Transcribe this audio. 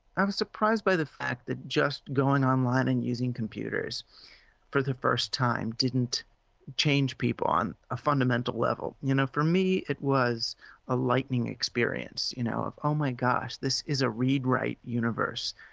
i'm surprised by the fact that just going online and using computers for the first time didn't change people on a fundamental level. you know, for me it was a lightning experience, you know, oh my gosh, this is a read-write universe.